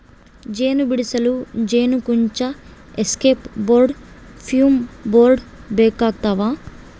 ಜೇನು ಬಿಡಿಸಲು ಜೇನುಕುಂಚ ಎಸ್ಕೇಪ್ ಬೋರ್ಡ್ ಫ್ಯೂಮ್ ಬೋರ್ಡ್ ಬೇಕಾಗ್ತವ